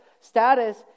status